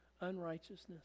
unrighteousness